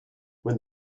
when